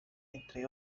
entre